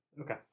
Okay